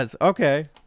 okay